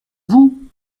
vous